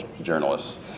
journalists